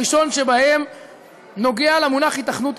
הראשון שבהם נוגע למונח "היתכנות תכנונית".